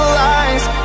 lies